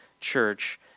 church